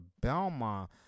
Belmont